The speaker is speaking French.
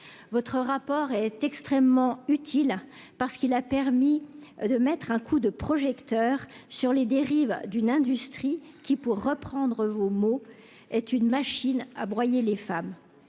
votre rapport est extrêmement utile parce qu'il a permis de mettre un coup de projecteur sur les dérives d'une industrie qui, pour reprendre vos mots est une machine à broyer les femmes,